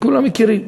כולם מכירים.